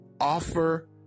offer